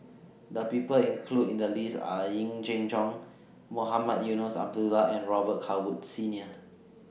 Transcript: The People included in The list Are Yee Jenn Jong Mohamed Eunos Abdullah and Robet Carr Woods Senior